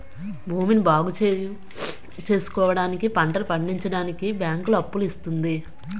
భూమిని బాగుచేసుకోవడానికి, పంటలు పండించడానికి బ్యాంకులు అప్పులు ఇస్తుంది